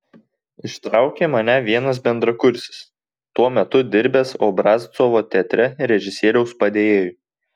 ištraukė mane vienas bendrakursis tuo metu dirbęs obrazcovo teatre režisieriaus padėjėju